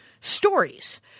stories